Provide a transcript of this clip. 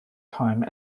time